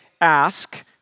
ask